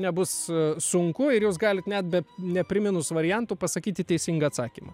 nebus sunku ir jūs galit net be nepriminus variantų pasakyti teisingą atsakymą